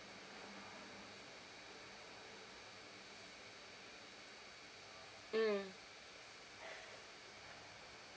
mm